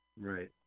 Right